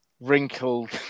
wrinkled